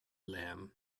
lamb